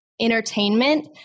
entertainment